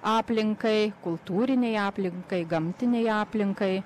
aplinkai kultūrinei aplinkai gamtinei aplinkai